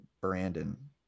Brandon